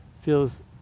feels